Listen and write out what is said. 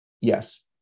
Yes